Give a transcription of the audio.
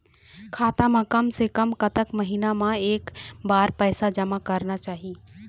खाता मा कम से कम कतक महीना मा एक बार पैसा जमा करना चाही?